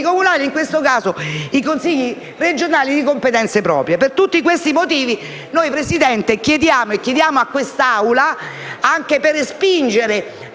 comunali e, in questo caso, i consigli regionali di competenze proprie. Per tutti questi motivi, signor Presidente, chiediamo a quest'Assemblea, anche per respingere